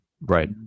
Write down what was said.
right